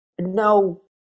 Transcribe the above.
no